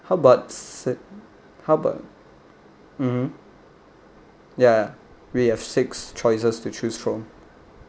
how about st how about mmhmm ya ya we have six choices to choose from